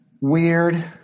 Weird